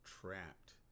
trapped